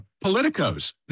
politicos